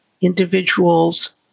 individuals